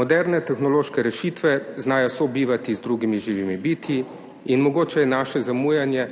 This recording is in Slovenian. Moderne tehnološke rešitve znajo sobivati z drugimi živimi bitji in mogoče je naše zamujanje